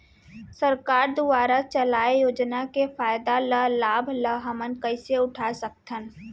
सरकार दुवारा चलाये योजना के फायदा ल लाभ ल हमन कइसे उठा सकथन?